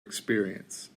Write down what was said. experience